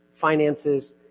finances